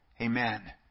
Amen